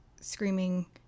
screaming